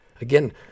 Again